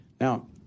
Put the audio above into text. now